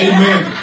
Amen